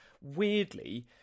weirdly